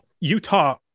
Utah